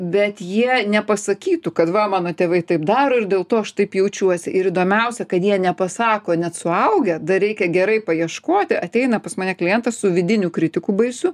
bet jie nepasakytų kad va mano tėvai taip daro ir dėl to aš taip jaučiuosi ir įdomiausia kad jie nepasako net suaugę dar reikia gerai paieškoti ateina pas mane klientas su vidiniu kritiku baisiu